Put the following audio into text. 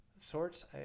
sorts